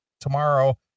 tomorrow